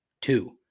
Two